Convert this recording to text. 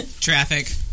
Traffic